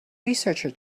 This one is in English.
researcher